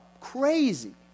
crazy